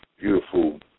beautiful